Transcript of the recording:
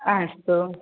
अस्तु